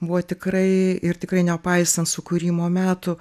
buvo tikrai ir tikrai nepaisant sukūrimo metų